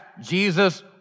Jesus